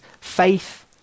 faith